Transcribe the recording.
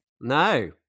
No